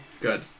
Good